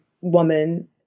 woman